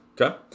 Okay